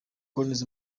collins